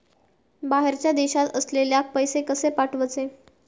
बाहेरच्या देशात असलेल्याक पैसे कसे पाठवचे?